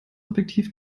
objektiv